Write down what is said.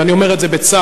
אני אומר את זה בצער,